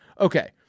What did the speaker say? Okay